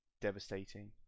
devastating